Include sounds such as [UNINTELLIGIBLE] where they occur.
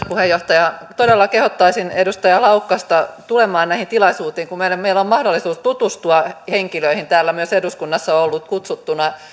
[UNINTELLIGIBLE] puheenjohtaja todella kehottaisin edustaja laukkasta tulemaan näihin tilaisuuksiin kun meillä on mahdollisuus tutustua henkilöihin myös täällä eduskunnassa on on ollut kutsuttuna